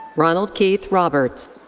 ronald keith roberts.